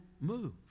move